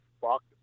fuck